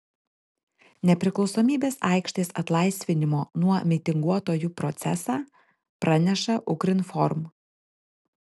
nepriklausomybės aikštės atlaisvinimo nuo mitinguotojų procesą praneša ukrinform